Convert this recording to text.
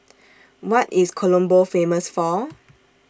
What IS Colombo Famous For